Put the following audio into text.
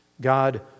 God